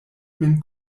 min